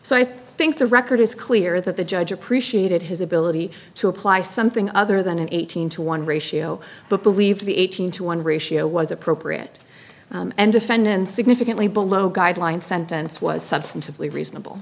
so i think the record is clear that the judge appreciated his ability to apply something other than an eighteen to one ratio but believe the eighteen to one ratio was appropriate and defendant significantly below guideline sentence was substantively reasonable